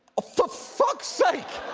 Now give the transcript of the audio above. for fuck's sake!